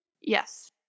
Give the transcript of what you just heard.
Yes